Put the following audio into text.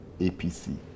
APC